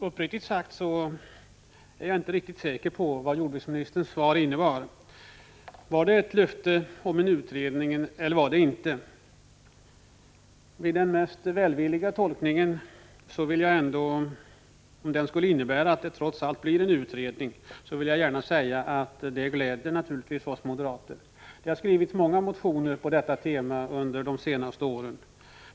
Herr talman! Uppriktigt sagt är jag inte helt säker på vad jordbruksministerns svar innebar. Var det ett löfte om utredning eller inte? Om det trots allt blir en utredning — den mest välvilliga tolkningen — gläder det naturligtvis oss moderater. Det har skrivits många motioner på detta tema under de senaste åren.